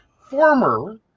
former